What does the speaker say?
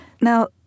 Now